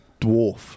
dwarf